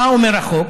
מה אומר החוק?